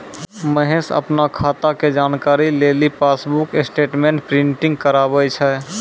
महेश अपनो खाता के जानकारी लेली पासबुक स्टेटमेंट प्रिंटिंग कराबै छै